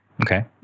Okay